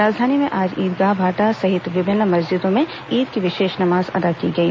राजधानी में आज ईदगाह भांटा सहित विभिन्न मस्जिदों में ईद की विशेष नमाज अदा की गई